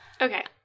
Okay